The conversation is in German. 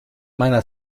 meiner